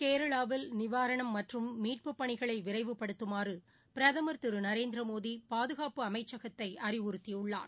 கேரளாவில் நிவாரணம் மற்றும் மீட்புப் பணிகளைவிரைவுபடுத்துமாறுபிரதமா் திருநரேந்திரமோடிபாதுகாப்பு அமைச்சகத்தைஅறிவுறுத்தியுள்ளார்